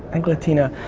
englatina,